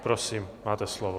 Prosím, máte slovo.